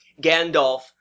Gandalf